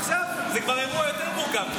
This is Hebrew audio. עכשיו זה אירוע כבר יותר מורכב,